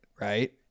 Right